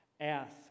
Ask